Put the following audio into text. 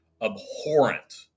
abhorrent